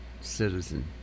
citizen